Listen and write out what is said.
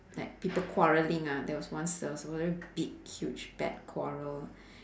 like people quarrelling ah there was once there was a very big huge bad quarrel